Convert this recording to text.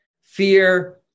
Fear